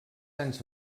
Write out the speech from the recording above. anys